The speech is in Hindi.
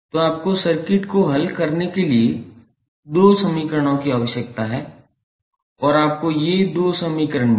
तो आपको सर्किट को हल करने के लिए दो समीकरणों की आवश्यकता है और आपको ये दो समीकरण मिले